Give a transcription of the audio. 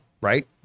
right